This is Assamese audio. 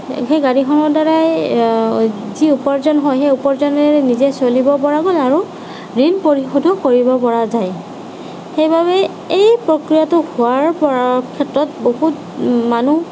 সেই গাড়ীখনৰ দ্বাৰাই যি উপাৰ্জন হয় সেই উপাৰ্জনৰ দ্বাৰা নিজে চলিব পৰা গ'ল আৰু ঋণ পৰিশোধো কৰিব পৰা যায় সেইবাবে এই প্ৰক্ৰিয়াটো হোৱাৰ পৰা ক্ষেত্ৰত বহুত মানুহ